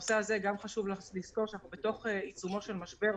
בנושא הזה גם חשוב לזכור שאנחנו בעיצומו של משבר.